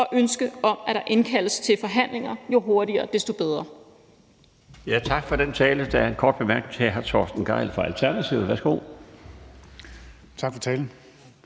og ønsket om, at der indkaldes til forhandlinger – jo hurtigere desto bedre.